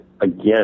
again